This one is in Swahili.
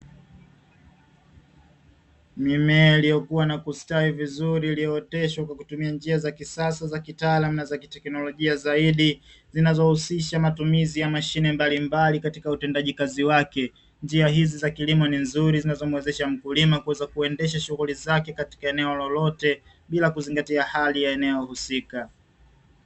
Mimea iliyokuwa na kustawi vizuri iliyooteshwa kwa kutumia za kisasa za kitaalamu, na za teknolojia zaidi zinazohusisha matumizi ya mashine mbalimbali katika utendaji kazi wake, njia hizi za kilimo ni nzuri zinazomwezesha mkulima kuweza kuendesha shughuli zake katika eneo lolote bila kuzingatia hali ya eneo husika.